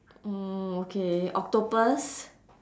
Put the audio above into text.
uh okay octopus